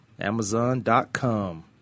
Amazon.com